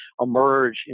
emerge